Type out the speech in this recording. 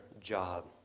job